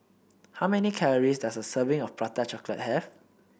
how many calories does a serving of Prata Chocolate have